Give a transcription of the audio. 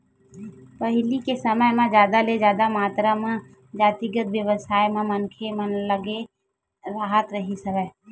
पहिली के समे म जादा ले जादा मातरा म जातिगत बेवसाय म मनखे मन लगे राहत रिहिस हवय